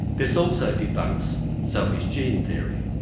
this also debunks selfish gene theory.